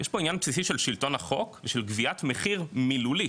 יש פה עניין בסיסי של שלטון החוק ושל גביית מחיר מילולית,